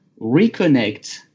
reconnect